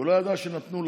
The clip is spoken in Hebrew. הוא לא ידע שנתנו,